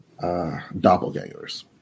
doppelgangers